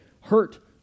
hurt